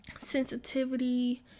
sensitivity